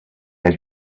has